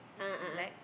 a'ah a'ah